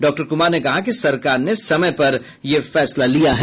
doctor Kumar ने कहा कि सरकार ने समय पर यह फैसला लिया है